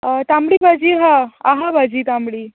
हय तांबडी भाजी आहा आहा भाजी तांबडी